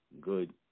good